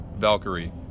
Valkyrie